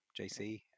JC